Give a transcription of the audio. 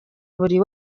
buri